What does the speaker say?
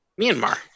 Myanmar